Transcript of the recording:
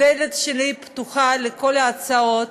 הדלת שלי פתוחה לכל ההצעות,